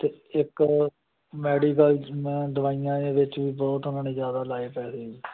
ਅਤੇ ਇੱਕ medical ma'am ਦਵਾਈਆਂ ਦੇ ਵਿੱਚ ਵੀ ਬਹੁਤ ਉਹਨਾਂ ਨੇ ਆਜ਼ਿਦਾ ਲਾਏ ਪੈਸੇ ਜੀ